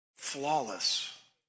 flawless